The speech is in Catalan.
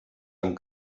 amb